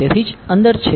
તેથી જ અંદર છે